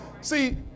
See